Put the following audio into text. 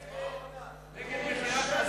נאום כשר למהדרין.